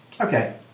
Okay